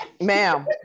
Ma'am